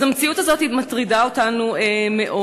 אז המציאות הזאת מטרידה אותנו מאוד,